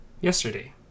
yesterday